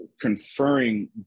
conferring